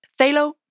Thalo